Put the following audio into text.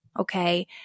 okay